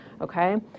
okay